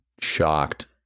shocked